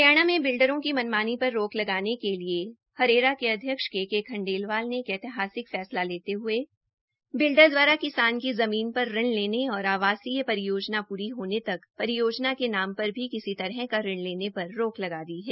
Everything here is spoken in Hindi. हरियाणा में बिल्डरों की मनमानी पर रोक लगाने के लिए हरेरा के अध्यक्ष के के खंडेलवाल ने एक ऐतिहासिक फैसला लेते हये बिल्डर द्वारा किसान की ज़मीन पर ऋण लेने और आवासीय परियोजना पूरी होने तक परियोजना के नमा पर भी किसी तरह का ऋण लेने पर रोक लगा दी है